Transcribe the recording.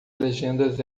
legendas